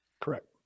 Correct